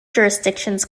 jurisdictions